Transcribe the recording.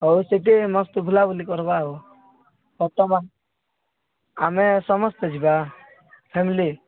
ହଉ ସେଠି ମସ୍ତ ବୁଲାବୁଲି କରିବା ଆଉ ଆମେ ସମସ୍ତେ ଯିବା ଫ୍ୟାମିଲି